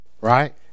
right